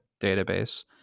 database